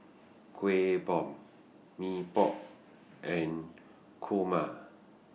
Kueh Bom Mee Pok and Kurma